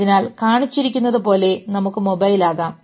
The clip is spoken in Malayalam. അതിനാൽ കാണിച്ചിരിക്കുന്നതുപോലെ നമുക്ക് മൊബൈൽ ആകാം